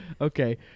Okay